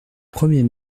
premier